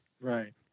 right